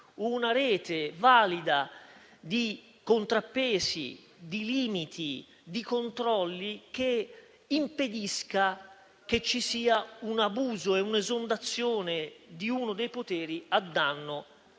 una rete valida di contrappesi, limiti e controlli che impedisca che ci sia un abuso e un'esondazione di uno dei poteri a danno